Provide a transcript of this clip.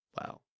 Wow